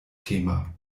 thema